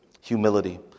Humility